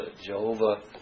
Jehovah